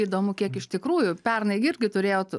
įdomu kiek iš tikrųjų pernai gi irgi turėjot